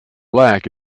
black